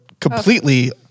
completely